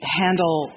handle